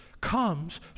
comes